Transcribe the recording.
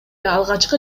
алгачкы